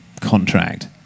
contract